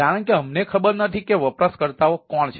કારણ કે અમને ખબર નથી કે વપરાશકર્તાઓ કોણ છે